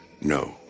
No